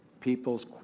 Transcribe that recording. people's